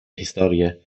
historie